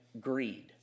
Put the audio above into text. greed